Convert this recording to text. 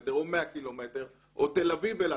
קילומטר או 100 קילומטר או תל אביב-אילת,